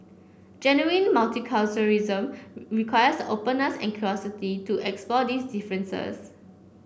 genuine multiculturalism requires openness and curiosity to explore these differences